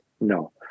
no